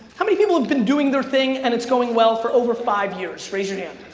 how many people have been doing their thing and it's going well for over five years? raise your hand.